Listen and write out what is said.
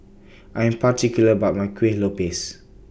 I Am particular about My Kuih Lopes